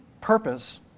purpose